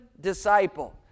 disciple